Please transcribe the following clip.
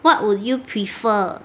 what would you prefer